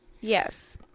yes